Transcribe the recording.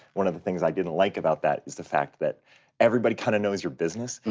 one of the things i didn't like about that is the fact that everybody kinda knows your business,